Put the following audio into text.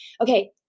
okay